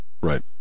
Right